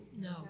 No